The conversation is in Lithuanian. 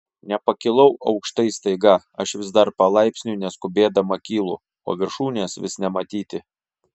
nepakilau aukštai staiga aš vis dar palaipsniui neskubėdama kylu o viršūnės vis nematyti